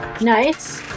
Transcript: Nice